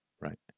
Right